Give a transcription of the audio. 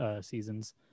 seasons